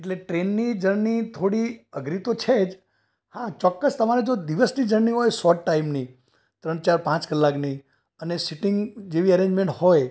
એટલે ટ્રેનની જર્ની થોડી અઘરી તો છે જ હા ચોક્કસ તમારે દિવસની જર્ની હોય શોર્ટ ટાઇમની ત્રણ ચાર પાંચ કલાકની અને સિટિંગ જેવી અરેંજમેંટ હોય